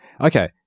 okay